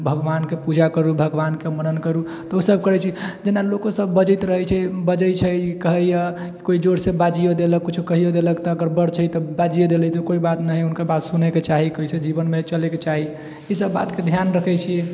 भगवानके पूजा करू भगवानके मनन करू तऽ ओ सब करै छी जेना लोको सब बजैत रहै छै बजै छै कहैया कोइ जोर से बाजियो देलक कुछ कहियो देलक तऽ अगर बड़ छै तऽ बाजिये देलै तऽ कोइ बात न हइ उनकर बात सुनेके चाही कैसे जीवनमे चलेके चाही ई सब बातके ध्यान रखए छी